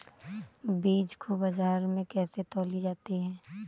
बीज को बाजार में कैसे तौली जाती है?